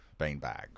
beanbags